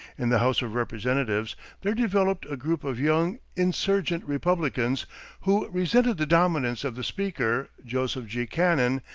in the house of representatives there developed a group of young insurgent republicans who resented the dominance of the speaker, joseph g. cannon,